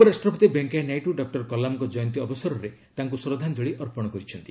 ଉପରାଷ୍ଟ୍ରପତି ଭେଙ୍କିୟାନାଇଡୁ ଡକ୍କର କଲାମଙ୍କ ଜୟନ୍ତୀ ଅବସରରେ ତାଙ୍କୁ ଶ୍ରଦ୍ଧାଞ୍ଚଳି ଅର୍ପଣ କରିଛନ୍ତି